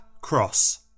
CROSS